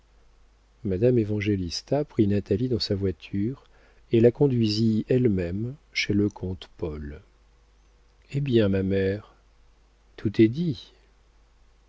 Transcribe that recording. indécent madame évangélista prit natalie dans sa voiture et la conduisit elle-même chez le comte paul hé bien ma mère tout est dit